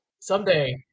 someday